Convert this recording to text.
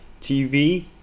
TV